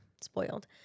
spoiled